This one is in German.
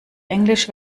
englisch